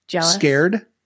scared